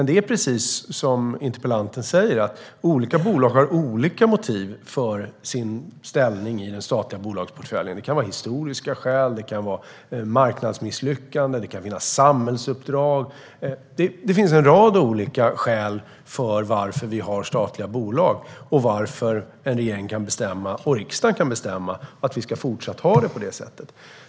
Det är precis som interpellanten säger, nämligen att olika bolag har olika motiv för sin ställning i den statliga bolagsportföljen. Det kan vara historiska skäl, marknadsmisslyckande eller samhällsuppdrag. Det finns en rad olika skäl till att det finns statliga bolag och till att en regering, och riksdagen, kan bestämma att det ska fortsätta att vara så.